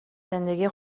زندگی